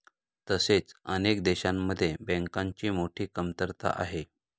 तसेच अनेक देशांमध्ये बँकांची मोठी कमतरता आहे